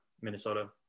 Minnesota